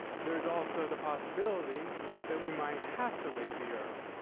there's also the possibility that we might have to leave the earth,